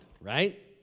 Right